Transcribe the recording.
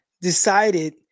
decided